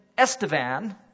Estevan